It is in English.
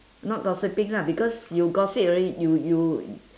not gossiping lah because you gossip already you you